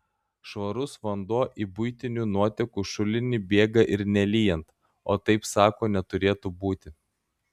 švarus vanduo į buitinių nuotekų šulinį bėga ir nelyjant o taip sako neturėtų būti